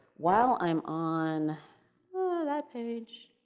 while i'm on that page,